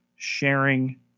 sharing